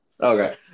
okay